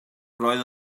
roedd